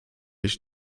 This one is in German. ich